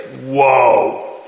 Whoa